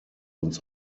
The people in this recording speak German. uns